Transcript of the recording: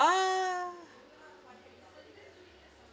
uh